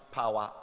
power